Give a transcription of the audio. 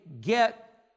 get